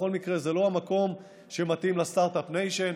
בכל מקרה, זה לא המקום שמתאים לסטרטאפ ניישן.